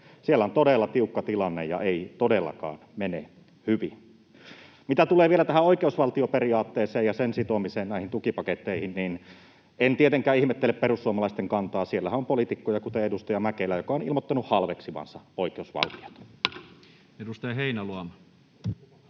Siellä on todella tiukka tilanne ja ei todellakaan mene hyvin. Mitä tulee vielä tähän oikeusvaltioperiaatteeseen ja sen sitomiseen näihin tukipaketteihin, niin en tietenkään ihmettele perussuomalaisten kantaa. Siellähän on poliitikkoja, kuten edustaja Mäkelä, joka on ilmoittanut halveksivansa oikeusvaltiota. Edustaja Heinäluoma.